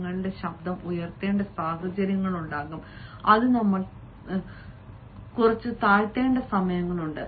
നിങ്ങളുടെ ശബ്ദം ഉയർത്തേണ്ട സാഹചര്യങ്ങളുണ്ട് അത് നമ്മൾ താഴേക്കിറക്കേണ്ട സമയങ്ങളുണ്ട്